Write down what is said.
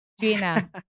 Gina